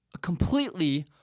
completely